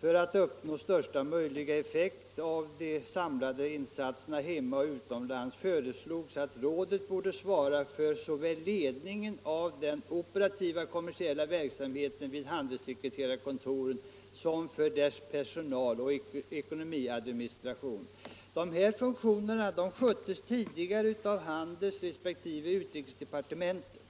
För att uppnå största möjliga effekt av de samlade insatserna hemma och utomlands föreslogs, att rådet borde svara såväl för ledningen av den operativa kommersiella verksamheten vid handelssekreterarkontoren som för deras personal och ekonomiska administration. Dessa funktioner sköttes tidigare av handelsdepartementet resp. utrikesdepartementet,